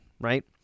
right